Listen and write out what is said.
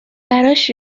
براش